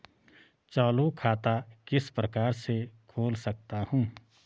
चालू खाता किस प्रकार से खोल सकता हूँ?